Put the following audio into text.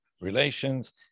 relations